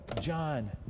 John